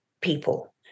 people